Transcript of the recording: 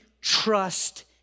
trust